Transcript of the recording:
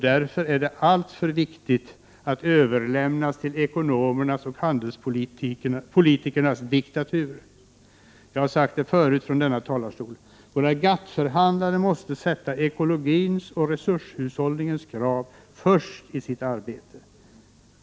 De är alltför viktiga för att överlämnas till ekonomernas och handelspolitikernas diktatur. Jag har sagt det förut från denna talarstol: Våra GATT-förhandlare måste sätta ekologins och resurshushållningens krav först i sitt arbete.